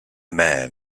man